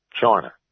China